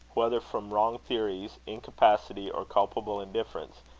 whether from wrong theories, incapacity, or culpable indifference,